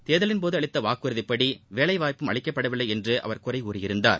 தேர்தலின்போது அளித்த வாக்குறுதிப்படி வேலைவாய்ப்பும் அளிக்கப்படவில்லை என்று அவர் குறைகூறியிருந்தார்